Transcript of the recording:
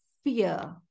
fear